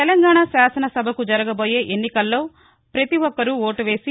తెలంగాణ శాసనసభకు జరగబోయే ఎన్నికల్లో ప్రతి ఒక్కరూ ఓటు వేసి